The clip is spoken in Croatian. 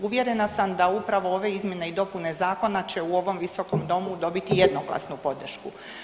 Uvjerena sam da upravo ove izmjene i dopune zakona će u ovom visokom domu dobiti jednoglasnu podršku.